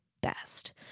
best